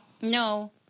No